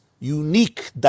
unique